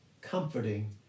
comforting